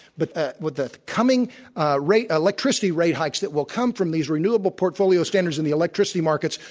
but with the coming rate, electricity rate hikes that will come from these renewable portfolio standards in the electricity markets,